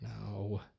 No